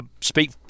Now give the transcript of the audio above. speak